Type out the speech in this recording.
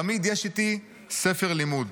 תמיד יש איתי ספר לימוד.